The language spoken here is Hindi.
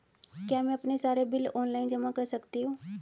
क्या मैं अपने सारे बिल ऑनलाइन जमा कर सकती हूँ?